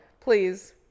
please